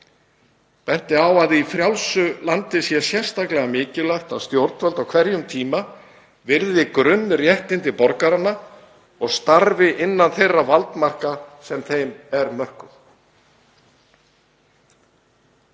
benti á að í frjálsu landi sé sérstaklega mikilvægt að stjórnvöld á hverjum tíma virði grunnréttindi borgaranna og starfi innan þeirra valdmarka sem þeim eru mörkuð.